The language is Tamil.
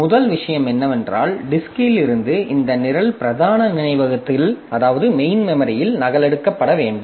முதல் விஷயம் என்னவென்றால் டிஸ்க்ல் இருந்து இந்த நிரல் பிரதான நினைவகத்தில் நகலெடுக்கப்பட வேண்டும்